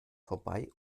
vorbei